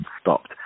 stopped